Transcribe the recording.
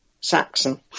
Saxon